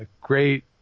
Great